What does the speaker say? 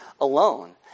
alone